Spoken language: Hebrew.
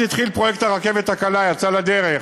אז התחיל פרויקט הרכבת הקלה, יצא לדרך.